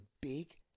big